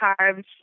carbs